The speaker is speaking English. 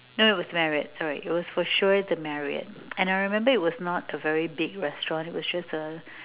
no it was Marriott sorry it was for sure the Marriott and I remember it was not a very big restaurant it was just a